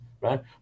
right